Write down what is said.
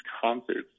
concerts